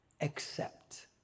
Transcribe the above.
accept